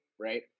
Right